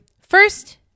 First